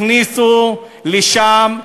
הכניסו לשם,